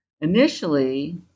Initially